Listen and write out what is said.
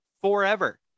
forever